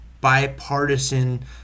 bipartisan